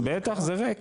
בטח, זה ריק